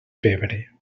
pebre